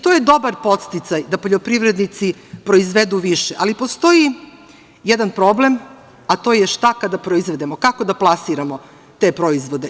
To je dobar podsticaj da poljoprivrednici proizvedu više, ali postoji jedan problem, a to je šta kada proizvedemo, kako da plasiramo te proizvode.